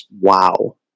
Wow